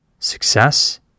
Success